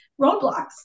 roadblocks